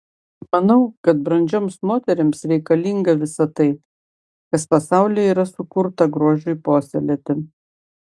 manau kad brandžioms moterims reikalinga visa tai kas pasaulyje yra sukurta grožiui puoselėti